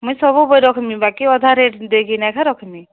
ମୁଇଁ ସବୁ ବହି ରଖମି ବାକି ଅଧା ରେଟ୍ ଦେଇକିନା ଏକା ରଖମି